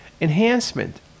enhancement